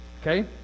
Okay